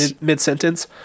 mid-sentence